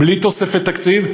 בלי תוספת תקציב,